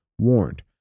warned